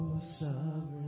sovereign